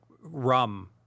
Rum